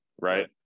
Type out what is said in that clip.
right